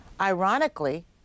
Ironically